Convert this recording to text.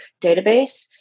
database